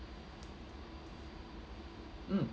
mm